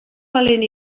valent